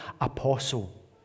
apostle